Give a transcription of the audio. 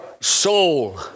soul